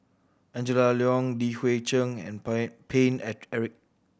Angela Liong Li Hui Cheng and Paine Eric